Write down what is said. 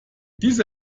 diese